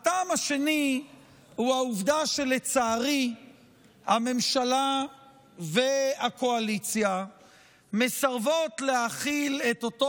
הטעם השני הוא העובדה שלצערי הממשלה והקואליציה מסרבות להחיל את אותו